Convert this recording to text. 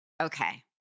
okay